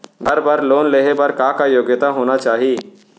घर बर लोन लेहे बर का का योग्यता होना चाही?